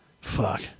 fuck